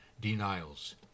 denials